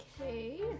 Okay